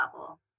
level